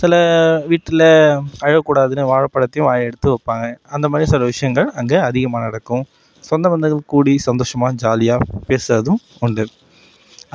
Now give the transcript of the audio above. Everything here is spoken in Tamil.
சில வீட்டில் அழக் கூடாதுன்னு வாழைப்பழத்தையும் வாயில் எடுத்து வைப்பாங்க அந்த மாதிரி சில விஷயங்கள் அங்கே அதிகமாக நடக்கும் சொந்த பந்தங்கள் கூடி சந்தோஷமாக ஜாலியாக பேசுறதும் உண்டு